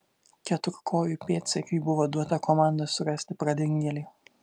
keturkojui pėdsekiui buvo duota komanda surasti pradingėlį